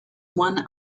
won